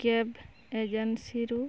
cab ଏଜେନ୍ସିରୁ